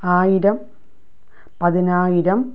ആയിരം പതിനായിരം